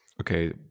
Okay